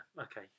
okay